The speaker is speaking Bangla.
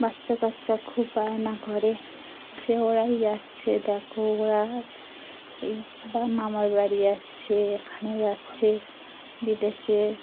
বাচ্চা কাচ্চা খুব আায়না ঘরে যে ওরাই যাচ্ছে দেখো ওরা এই বা মামার বাড়ি যাচ্ছে এখানে যাচ্ছে বিদেশে